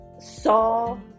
saw